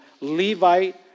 Levite